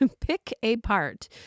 Pick-a-part